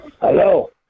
Hello